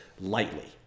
lightly